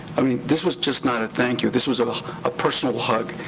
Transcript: i mean this was just not a thank you. this was was a personal hug.